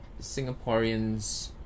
Singaporeans